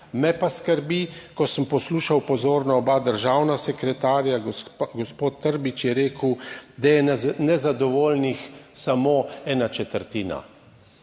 Me pa skrbi, ko sem poslušal pozorno oba državna sekretarja, gospod Trbič je rekel, da je nezadovoljnih samo ena četrtina.